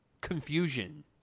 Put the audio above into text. confusion